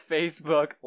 Facebook